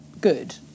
good